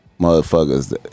motherfuckers